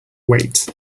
weights